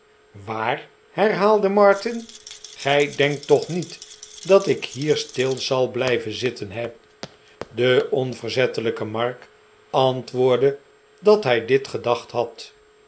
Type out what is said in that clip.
waar herhaalde martin gij denkt toch niet dat ik hier stil zal blijven zitten he de onverzettelijke mark antwoordde dat hij dit gedacht had